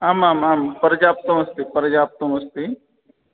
आम् आम् आं पर्याप्तम् अस्ति पर्याप्तम् अस्ति